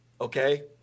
okay